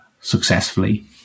successfully